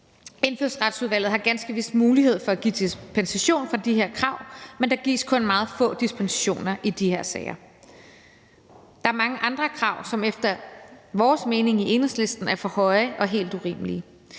Indfødsretsudvalget har ganske vist mulighed for at give dispensation fra de her krav, men der gives kun meget få dispensationer i de her sager. Der er mange andre krav, som efter vores mening i Enhedslisten er for høje og helt urimelige,